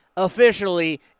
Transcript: officially